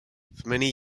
many